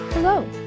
Hello